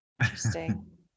interesting